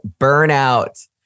burnout